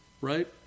Right